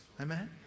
Amen